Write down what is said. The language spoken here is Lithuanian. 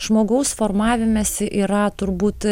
žmogaus formavimesi yra turbūt